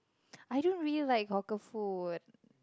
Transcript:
I don't really like hawker food